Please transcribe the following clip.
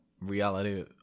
reality